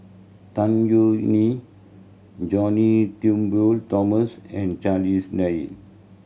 Tan Yeok Nee John Turnbull Thomson and Charles Dyce